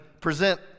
present